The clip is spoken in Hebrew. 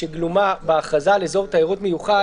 שגלומה בהכרזה על אזור תיירות מיוחד,